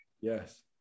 Yes